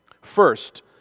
first